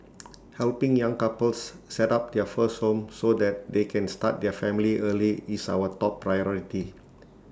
helping young couples set up their first home so that they can start their family early is our top priority